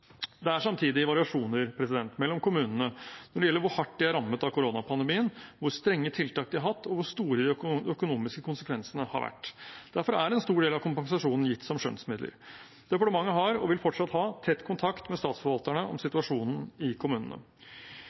Det er samtidig variasjoner mellom kommunene når det gjelder hvor hardt de er rammet av koronapandemien, hvor strenge tiltak de har hatt, og hvor store de økonomiske konsekvensene har vært. Derfor er en stor del av kompensasjonen gitt som skjønnsmidler. Departementet har, og vil fortsatt ha, tett kontakt med statsforvalterne om situasjonen i kommunene.